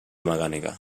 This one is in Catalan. mecànica